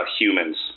humans